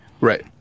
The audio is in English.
Right